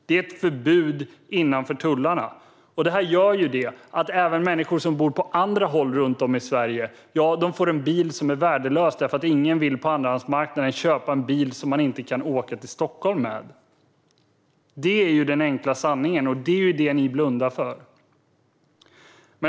Det är ett förbud innanför tullarna. Det gör att även människor som bor på andra håll runt om i Sverige får en bil som är värdelös eftersom ingen på andrahandsmarknaden vill köpa en bil som man inte kan åka till Stockholm med. Det är den enkla sanningen, och det är vad ni blundar för.